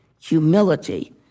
humility